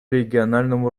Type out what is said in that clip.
региональному